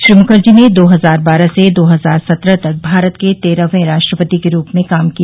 श्री मुखर्जी ने दो हजार बारह से दो हजार सत्रह तक भारत के तेरहववें राष्ट्रपति के रूप में काम किया